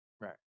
Right